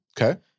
Okay